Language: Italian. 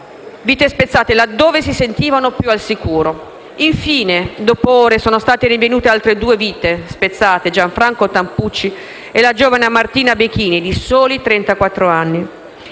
Vite spezzate laddove si sentivano più al sicuro. Infine, dopo ore, sono state rinvenute altre due vite spezzate: Gianfranco Tampucci e la giovane Martina Bechini, di soli